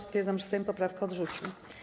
Stwierdzam, że Sejm poprawkę odrzucił.